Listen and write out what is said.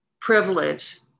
privilege